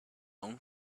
own